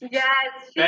yes